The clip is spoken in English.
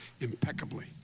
impeccably